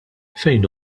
fejn